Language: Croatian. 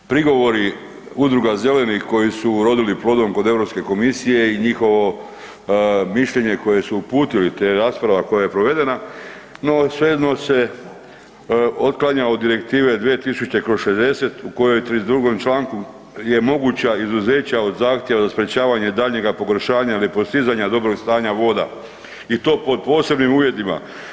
Prigovori udruga zelenih koji su urodili plodom kod Europske komisije i njihovo mišljenje koje su uputili te rasprava koja je provedena, no svejedno se otklanja od Direktive 2000/60 u kojoj u 32. članku je moguća izuzeća od zahtjeva za sprečavanje daljnjega pogoršanja ili postizanja dobrog stanja voda i to pod posebnim uvjetima.